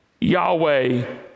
Yahweh